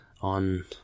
on